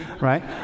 right